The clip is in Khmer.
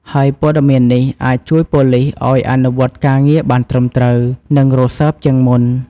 ហើយព័ត៌មាននេះអាចជួយប៉ូលិសឱ្យអនុវត្តការងារបានត្រឹមត្រូវ និងរសើបជាងមុន។